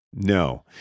No